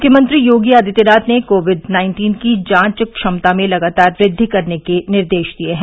मुख्यमंत्री योगी आदित्यनाथ ने COVID nineteen की जांच क्षमता में लगातार वृद्धि करने के निर्देश दिए हैं